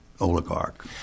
oligarch